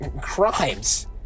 crimes